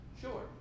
Sure